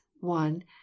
one